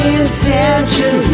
intention